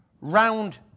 round